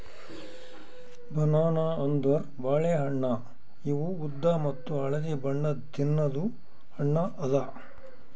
banana ಅಂದುರ್ ಬಾಳೆ ಹಣ್ಣ ಇವು ಉದ್ದ ಮತ್ತ ಹಳದಿ ಬಣ್ಣದ್ ತಿನ್ನದು ಹಣ್ಣು ಅದಾ